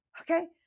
okay